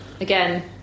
Again